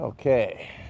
Okay